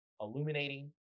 illuminating